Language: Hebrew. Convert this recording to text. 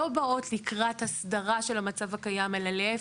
לא באות לקראת הסדרה של המצב הקיים, אלא להיפך,